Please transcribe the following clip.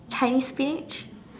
Chinese spinach